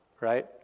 Right